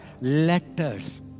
letters